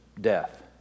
death